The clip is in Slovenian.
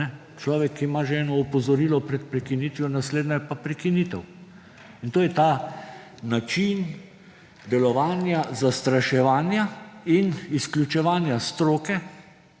Človek ima že eno opozorilo pred prekinitvijo, naslednja je pa prekinitev in to je ta način delovanja zastraševanja in izključevanja stroke,